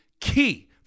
key